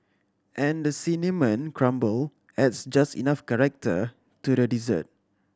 and the cinnamon crumble adds just enough character to the dessert